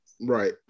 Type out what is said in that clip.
Right